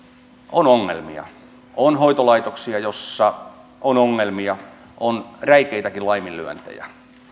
on ongelmia on hoitolaitoksia joissa on ongelmia on räikeitäkin laiminlyöntejä